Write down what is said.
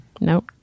Nope